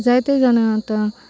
जायते जाणां आतां